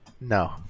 No